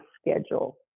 schedule